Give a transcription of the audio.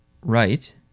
Right